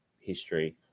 history